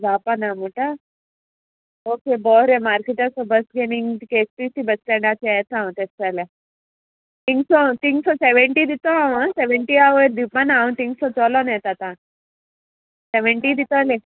जावपा ना म्हुटा ओके बरें मार्केटाचो बस घेंग केटिसी बस स्टँडाचे येता हांव तेश जाल्यार थिंगसो थिंगसो सेवेंटी दितो हांव सेवेंटी आवय दिवपा ना हांव तिंगसो चलोन येता सेवेंटी दितले